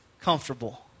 comfortable